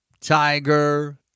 Tiger